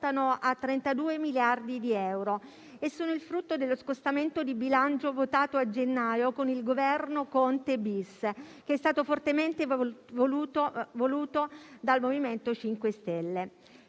a 32 miliardi di euro e sono il frutto dello scostamento di bilancio votato a gennaio con il Governo Conte-*bis*, che è stato fortemente voluto dal MoVimento 5 Stelle.